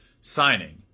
signing